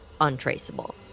untraceable